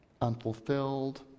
unfulfilled